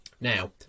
Now